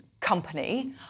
company